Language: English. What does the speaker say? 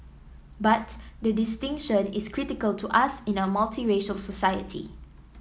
but the distinction is critical to us in a multiracial society